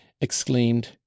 exclaimed